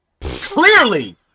Clearly